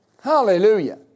Hallelujah